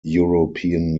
european